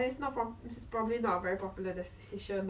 passed away at an accident at australia